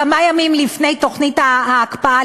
כמה ימים לפני תוכנית ההקפאה,